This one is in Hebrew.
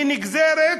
היא נגזרת,